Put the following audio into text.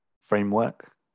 framework